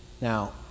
now